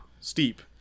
steep